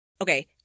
okay